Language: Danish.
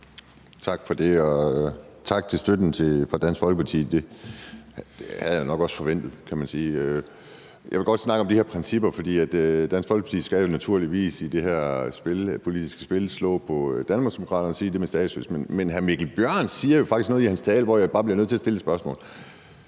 det, og tak til Dansk Folkeparti for støtten. Det havde jeg nok også forventet, kan man sige. Jeg vil godt snakke om de her principper, for Dansk Folkeparti skal jo naturligvis i det her politiske spil slå på Danmarksdemokraterne og sige det med statsløse, men hr. Mikkel Bjørn siger jo faktisk noget i sin tale, som jeg bare bliver nødt til at spørge om.